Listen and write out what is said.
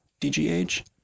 DGH